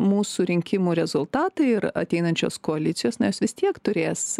mūsų rinkimų rezultatai ir ateinančios koalicijos na jos vis tiek turės